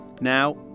Now